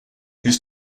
his